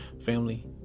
Family